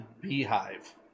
Beehive